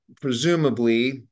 presumably